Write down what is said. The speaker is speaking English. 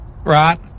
right